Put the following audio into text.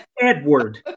Edward